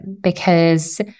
because-